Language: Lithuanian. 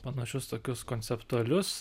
panašius tokius konceptualius